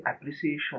appreciation